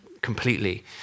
completely